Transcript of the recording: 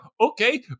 okay